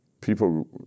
people